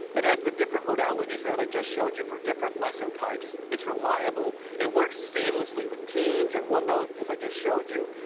it has the different modalities that i just showed you for different lesson types. it's reliable. it works seamlessly with teams and onenote, as i showed you,